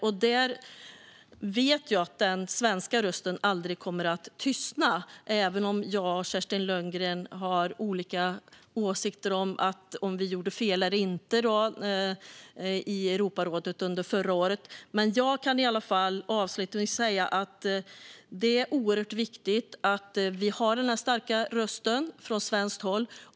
Jag vet att den svenska rösten aldrig kommer att tystna, även om jag och Kerstin Lundgren har olika åsikter om huruvida vi gjorde fel i Europarådet under förra året. Jag kan i alla fall avslutningsvis säga att det är oerhört viktigt att vi har denna starka röst från svenskt håll.